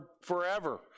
forever